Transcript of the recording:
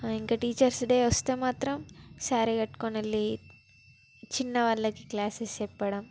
ఇంక teachers day వస్తే మాత్రం శారీ కట్టుకోని వెళ్ళాలి చిన్న వాళ్ళకి క్లాసెస్ చెప్పడం